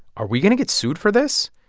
are we going to get sued for this?